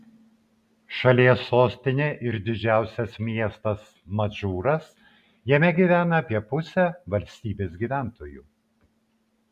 šalies sostinė ir didžiausias miestas madžūras jame gyvena apie pusę valstybės gyventojų